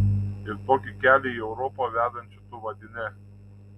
ir tokį kelią į europą vedančiu tu vadini